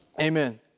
Amen